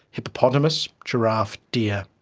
hippopotamus, giraffe, deer.